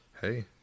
hey